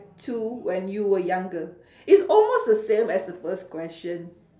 to when you were younger it's almost the same as the first question